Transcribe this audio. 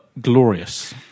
glorious